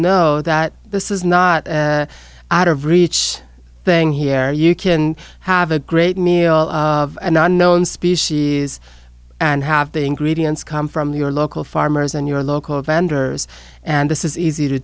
know that this is not an out of reach thing here you can have a great meal and unknown species and have the ingredients come from your local farmers and your local vendors and this is easy to